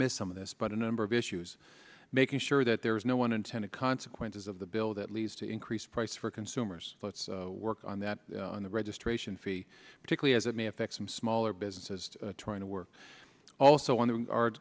missed some of this but a number of issues making sure that there is no one intended consequences of the bill that leads to increased price for consumers let's work on that on the registration fee particularly as it may affect some smaller businesses trying to work also on